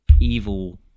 evil